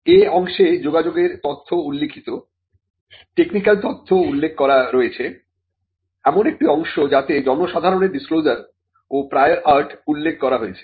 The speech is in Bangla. A অংশে যোগাযোগের তথ্য উল্লিখিত টেকনিকাল তথ্য উল্লেখ করা হয়েছে এমন একটি অংশ যাতে জনসাধারণের ডিসক্লোজার ও প্রায়র আর্ট উল্লেখ করা হয়েছে